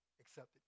accepted